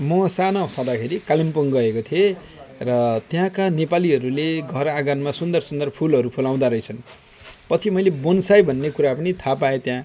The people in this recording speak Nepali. म सानो छँदाखेरि कालिम्पोङ गएको थिएँ र त्यहाँका नेपालीहरूले घर आँगनमा सुन्दर सुन्दर फुलहरू फुलाउँदा रहेछन् पछि मैले बोनसाई भन्ने कुरा पनि थाह पाएँ त्यहाँ